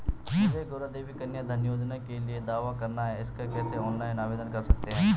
मुझे गौरा देवी कन्या धन योजना के लिए दावा करना है इसको कैसे ऑनलाइन आवेदन कर सकते हैं?